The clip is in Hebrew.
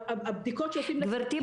הבדיקות שעושים לצוותים --- גברתי,